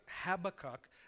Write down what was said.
Habakkuk